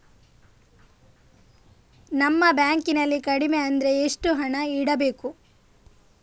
ನಮ್ಮ ಬ್ಯಾಂಕ್ ನಲ್ಲಿ ಕಡಿಮೆ ಅಂದ್ರೆ ಎಷ್ಟು ಹಣ ಇಡಬೇಕು?